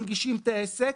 מנגישים את העסק.